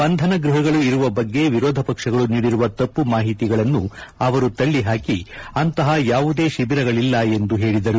ಬಂಧನ ಗೃಹಗಳು ಇರುವ ಬಗ್ಗೆ ವಿರೋಧ ಪಕ್ಷಗಳು ನೀಡಿರುವ ತಪ್ಪು ಮಾಹಿತಿಗಳನ್ನು ಅವರು ತಳ್ಳಹಾಕಿ ಅಂತಹ ಯಾವುದೇ ಶಿಬಿರಗಳುಲಿಲ್ಲ ಎಂದು ಹೇಳಿದರು